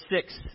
six